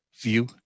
view